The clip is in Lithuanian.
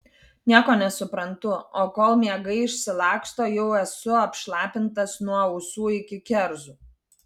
nieko nesuprantu o kol miegai išsilaksto jau esu apšlapintas nuo ausų iki kerzų